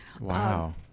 Wow